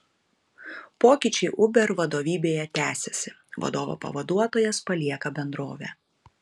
pokyčiai uber vadovybėje tęsiasi vadovo pavaduotojas palieka bendrovę